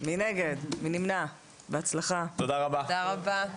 תודה רבה,